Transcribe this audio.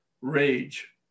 rage